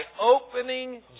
opening